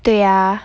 对呀